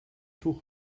tuch